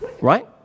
Right